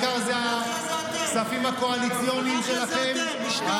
העיקר זה הכספים הקואליציוניים שלכם?